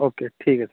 okay ٹھیک ہے